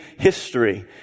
history